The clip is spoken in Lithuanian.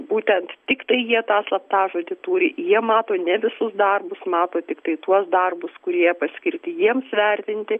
būtent tiktai jie tą slaptažodį turi jie mato ne visus darbus mato tiktai tuos darbus kurie paskirti jiems vertinti